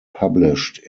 published